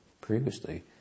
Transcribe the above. previously